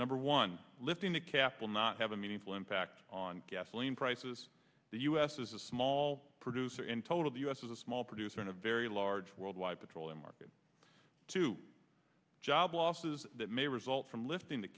number one lifting the cap will not have a meaningful impact on gasoline prices the us is a small producer in total the us is a small producer in a very large worldwide petroleum market to job losses that may result from lifting the